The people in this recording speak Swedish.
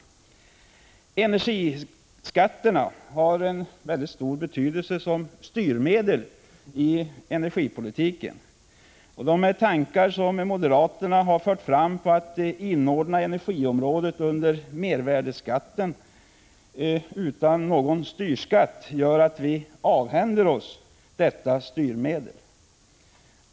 178 Energiskatterna har en mycket stor betydelse som styrmedel i energipoliti ken. De tankar som moderaterna har fört fram på att inordna energiområdet under mervärdeskatten utan någon styrskatt innebär att vi skulle avhända oss detta styrmedel.